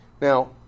Now